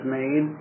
made